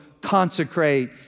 consecrate